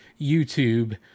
YouTube